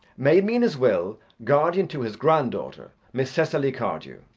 made me in his will guardian to his grand-daughter, miss cecily cardew.